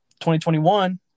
2021